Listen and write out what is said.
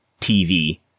TV